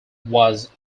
was